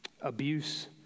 abuse